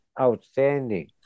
outstanding